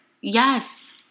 Yes